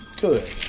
good